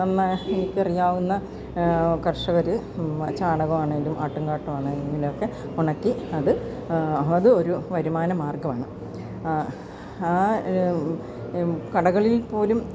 അന്ന് എനിക്കറിയാവുന്ന കർഷകര് ചാണകം ആണേലും ആട്ടിൻകാട്ടവാണേലുവൊക്കെ ഉണക്കി അത് അത് ഒരു വരുമാന മാർഗ്ഗമാണ് ആ കടകളിൽപ്പോലും